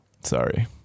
Sorry